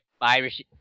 Irish